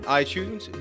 iTunes